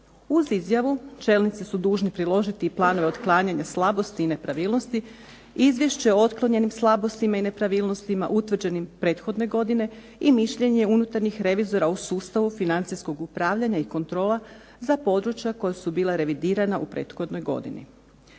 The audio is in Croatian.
Uz izjavu čelnici su dužni priložiti i planove otklanjanja slabosti i nepravilnosti, izvješće o otklonjenim slabostima i nepravilnostima utvrđenim prethodne godine i mišljenje unutarnjih revizora u sustavu financijskog upravljanja i kontrola za područja koja su bila revidirana u prethodnoj godini.